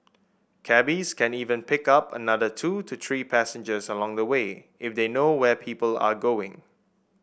cabbies can even pick up another two to three passengers along the way if they know where people are going